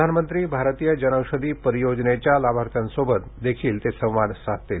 प्रधान मंत्री भारतीय जनौषधी परियोजनेच्या लाभार्थ्यांसोबत देखील ते संवाद साधतील